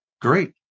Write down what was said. great